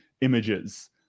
images